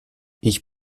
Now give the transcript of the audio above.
ich